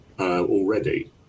already